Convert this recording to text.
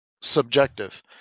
subjective